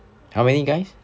how many guys